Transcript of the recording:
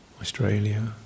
Australia